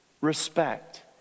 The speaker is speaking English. respect